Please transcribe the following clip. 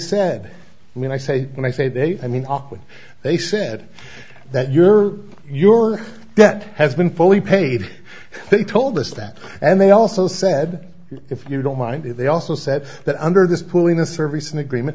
said when i say when i say they i mean when they said that your your debt has been fully paid they told us that and they also said if you don't mind if they also said that under this pulling a service an agreement